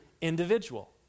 individual